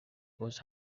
was